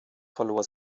verlor